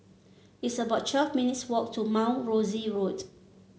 it's about twelve minutes' walk to Mount Rosie Road